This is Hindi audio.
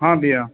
हाँ भैया